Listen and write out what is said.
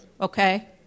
Okay